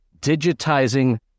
digitizing